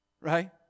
Right